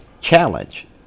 challenge